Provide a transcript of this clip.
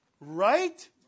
Right